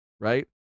Right